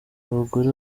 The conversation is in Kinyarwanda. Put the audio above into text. abagore